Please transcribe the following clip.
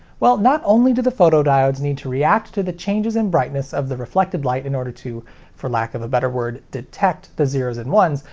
well, not only do the photodiodes need to react to the changes in brightness of the reflected light in order to for lack of a better word, detect the zeros and ones,